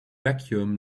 vacuum